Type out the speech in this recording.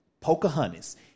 Pocahontas